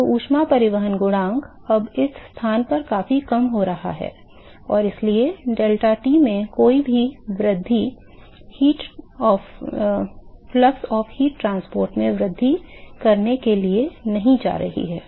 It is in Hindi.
तो ऊष्मा परिवहन गुणांक अब इस स्थान पर काफी कम हो जाता है और इसलिए deltaT में कोई भी वृद्धि ऊष्मा परिवहन के प्रवाह में वृद्धि करने के लिए नहीं जा रही है